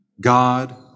God